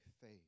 faith